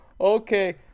Okay